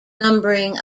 numbering